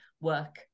work